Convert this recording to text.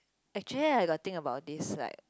actually I got think about this like